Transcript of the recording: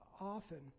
often